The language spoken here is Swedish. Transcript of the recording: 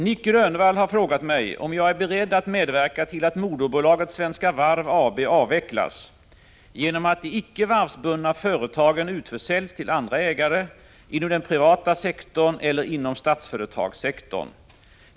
Nic Grönvall har frågat mig om jag är beredd att medverka till att moderbolaget Svenska Varv AB avvecklas genom att de icke varvsbundna företagen utförsäljs till andra ägare, inom den privata sektorn eller inom statsföretagssektorn.